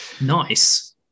Nice